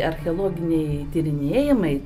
archeologiniai tyrinėjimai